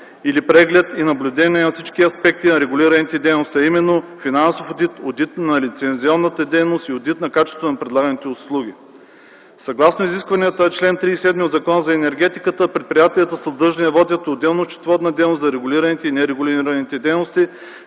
или преглед и наблюдение на всички аспекти на регулираните дейности, а именно финансов одит, одит на лицензионната дейност и одит на качеството на предлаганите услуги. Съгласно изискванията на чл. 37 от Закона за енергетиката предприятията са длъжни да водят отделно счетоводна дейност за регулираните и нерегулираните дейности,